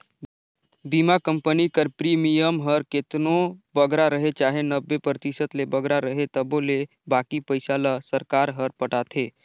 बीमा कंपनी कर प्रीमियम हर केतनो बगरा रहें चाहे नब्बे परतिसत ले बगरा रहे तबो ले बाकी पइसा ल सरकार हर पटाथे